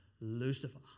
Lucifer